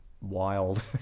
wild